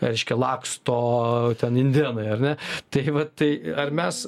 reiškia laksto ten indėnai ar ne tai vat tai ar mes